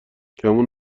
گمون